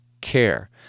care